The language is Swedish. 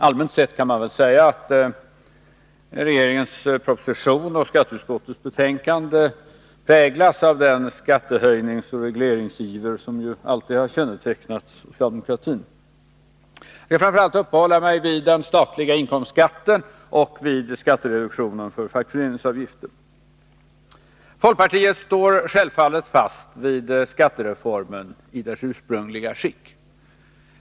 Allmänt sett kan man säga att regeringens proposition och skatteutskottets betänkande präglas av den skattehöjningsoch regleringsiver som alltid kännetecknat socialdemokratin. Jag skall framför allt uppehålla mig vid den statliga inkomstskatten och skattereduktionen för fackföreningsavgifter. Folkpartiet står självfallet fast vid skattereformen i dess ursprungliga skick.